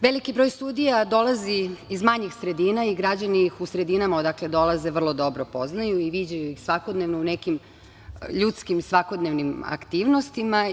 Veliki broj sudija dolazi iz manjih sredina i građani ih u sredinama odakle dolaze vrlo dobro poznaju i viđaju ih svakodnevno u nekim ljudskim svakodnevnim aktivnostima.